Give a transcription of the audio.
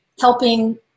helping